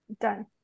done